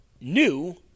new